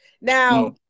Now